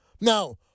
Now